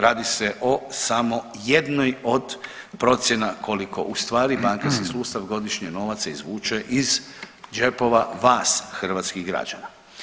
Radi se o samo jednoj od procjena koliko u stvari bankarski sustav godišnje novaca izvuče iz džepova vas hrvatskih građana.